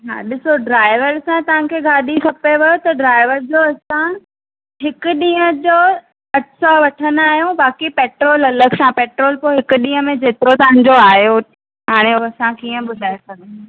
हा डि॒सो ड्राईवर सां तव्हांखे गाॾी खपेव त ड्राईवर जो असां हिकु ॾींहं जो अठ सौ वठंदा आहियूं बाक़ी पेट्रोल अलॻि सां पेट्रोल पोइ हिक ॾींहं में जेतिरो तव्हांजो आहियो हाणे हूअ असां कीअं ॿुधाए सघनि